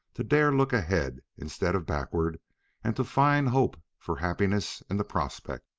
to dare look ahead instead of backward and to find hope for happiness in the prospect.